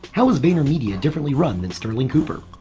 how is vaynermedia differently run than sterling cooper?